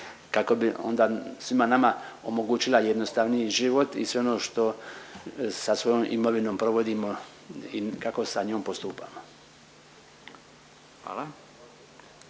kako bi onda svima nama omogućila jednostavniji život i sve ono što sa svojom imovinom provodimo i kako sa njom postupamo.